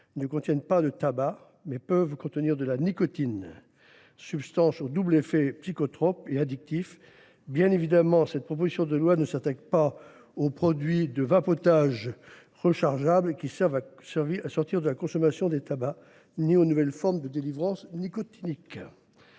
ne contiennent pas de tabac, mais peuvent renfermer de la nicotine, substance au double effet psychotrope et addictif. Bien évidemment, cette proposition de loi ne s’attaque pas aux produits de vapotage rechargeables qui servent à sortir de la consommation de tabac ni aux nouvelles formes de délivrance nicotinique.